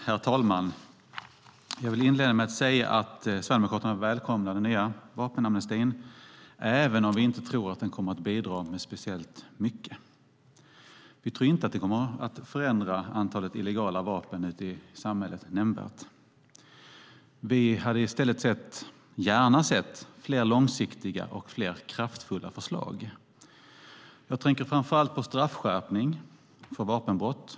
Herr talman! Jag vill inleda med att säga att Sverigedemokraterna välkomnar den nya vapenamnestin, även om vi inte tror att den kommer att bidra med speciellt mycket. Vi tror inte att vapenamnestin kommer att förändra antalet illegala vapen ute i samhället nämnvärt. Vi hade i stället gärna sett fler långsiktiga och kraftfulla förslag. Jag tänker framför allt på en straffskärpning för vapenbrott.